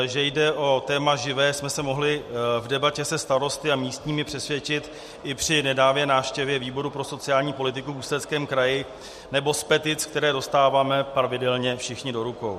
Že jde o téma živé, jsme se mohli v debatě se starosty a místními přesvědčit i při nedávné návštěvě výboru pro sociální politiku v Ústeckém kraji, nebo z petic, které dostáváme pravidelně všichni do rukou.